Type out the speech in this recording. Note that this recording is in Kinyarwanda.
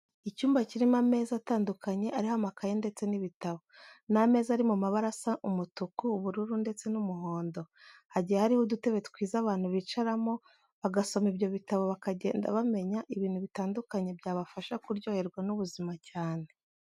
Icyumba kirimo ameza atandukanye ariho amakaye ndetse n'ibitabo. Ni ameza ari mu mabara asa umutuku, ubururu ndetse n'umuhondo. Hagiye hariho udutebe twiza abantu bicaramo bagasoma ibyo bitabo bakagenda bamenya ibintu bitandukanye byabafasha kuryoherwa n'ubuzima cyane.